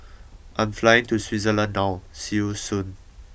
I'm flying to Switzerland now see you soon